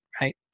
right